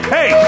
Hey